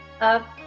up